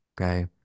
okay